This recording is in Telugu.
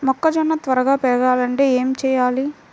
మొక్కజోన్న త్వరగా పెరగాలంటే ఏమి చెయ్యాలి?